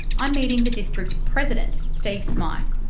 i'm meeting the district president steve smyth.